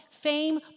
fame